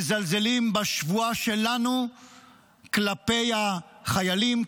מזלזלים בשבועה שלנו כלפי החיילים,